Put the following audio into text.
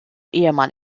ehemann